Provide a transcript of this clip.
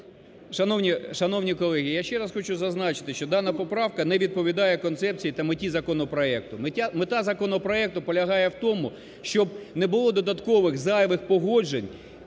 Шановні колеги! Я ще раз хочу зазначити, що дана поправка не відповідає концепції та меті законопроекту. Мета законопроекту полягає в тому, щоб не було додаткових зайвих погоджень